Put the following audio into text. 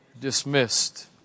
Dismissed